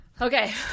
Okay